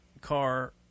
car